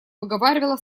выговаривала